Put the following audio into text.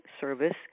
service